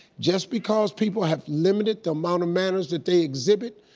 just because people have limited the amount of manners that they exhibit,